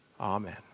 Amen